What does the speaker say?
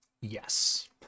Yes